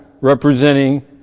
representing